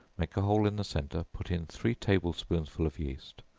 make a hole in the centre, put in three table-spoonsful of yeast,